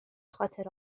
خاطر